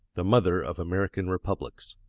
the mother of american republics.